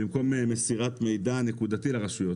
במקום מסירת מידע נקודתי לרשויות.